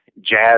jazz